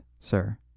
sir